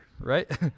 right